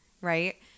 right